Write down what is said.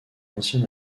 ancien